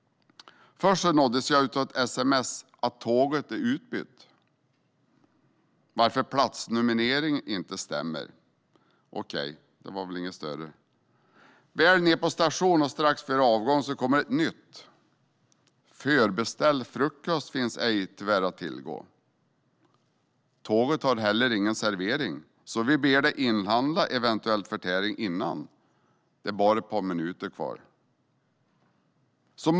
Först nåddes jag av ett sms: Tåget är utbytt, varför platsnumreringen inte stämmer. Det var väl okej. När jag stod på stationen strax före avgång kom det ett nytt sms: Förbeställd frukost finns tyvärr inte att tillgå. Tåget har inte heller någon servering. Vi ber dig därför inhandla eventuell förtäring innan du går på tåget. Då var det bara ett par minuter före avgång.